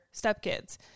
stepkids